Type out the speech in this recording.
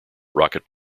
rocket